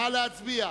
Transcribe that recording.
נא להצביע.